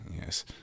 Yes